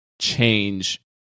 change